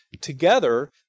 Together